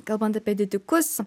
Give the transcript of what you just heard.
kalbant apie didikus